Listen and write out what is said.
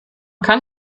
kann